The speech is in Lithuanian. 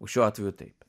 šiuo atveju taip